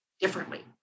differently